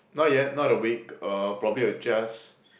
not yet not a week uh probably a just